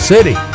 City